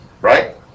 Right